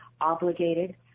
obligated